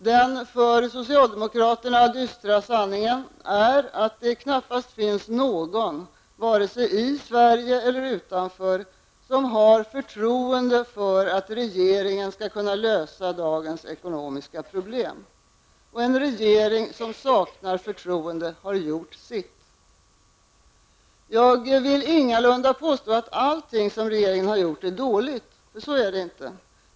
Den för socialdemokraterna dystra sanningen är att det knappast finns någon, vare sig i Sverige eller utanför, som har förtroende för att regeringen skall kunna lösa dagens ekonomiska problem. En regering som saknar förtroende har gjort sitt. Jag vill ingalunda påstå att allting som regeringen har gjort är dåligt. Så är det inte.